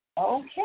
Okay